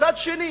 ומצד שני